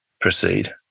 proceed